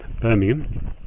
Birmingham